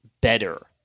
better